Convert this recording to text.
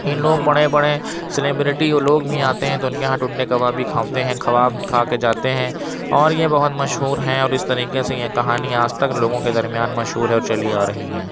کہ لوگ بڑے بڑے سلیبریٹی وہ لوگ بھی آتے ہیں تو ان کے یہاں ٹنڈے کبابی کھاتے ہیں کباب کھا کے جاتے ہیں اور یہ بہت مشہور ہیں اور اس طریقے سے یہ کہانی آج تک لوگوں کے درمیان مشہور ہے اور چلی آ رہی ہے